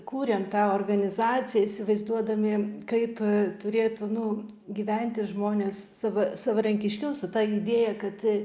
kūrėm tą organizaciją įsivaizduodami kaip turėtų nu gyventi žmonės sava savarankiškiau su ta idėja kad